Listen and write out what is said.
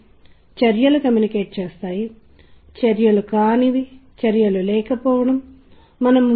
ఇప్పుడు స్వర్గంలోని అప్సరసలు విజయం సాధించాలంటే అతని దృష్టిని ఎలా మరల్చగలుగుతారు